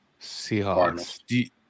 Seahawks